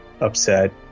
upset